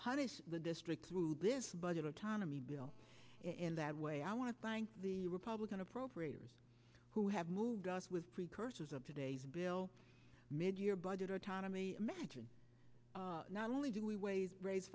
punish the district through this budget autonomy bill in that way i want to thank the republican appropriators who have moved us with precursors of today's bill mid year budget autonomy imagine not only do we ways raise